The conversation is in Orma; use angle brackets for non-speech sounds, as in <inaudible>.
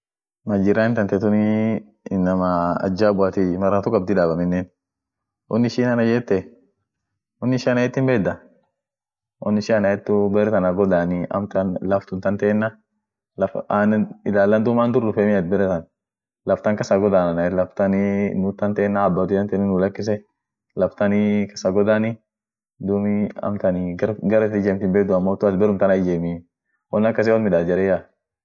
Southkorea <hesitation> ada ishian biria ada dursanii taa familiat ishini won wolba famili durdabdi familiti won wolbatii yeden tuni amineni heshima, heshimaneni akama olfudeni lazima mwalimua iyo wazazia iyo mayeden inama sidur jiruuf iyo kaa bere hujiane sidur jiru yote woo heshima hali jua itkanenu yeden holiday ine biri kabdi piyuna new year yeden independence movement day yeden budas birthday yedeni children's day memories day yeden sun yote hinkabdie